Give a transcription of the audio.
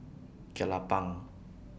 Jelapang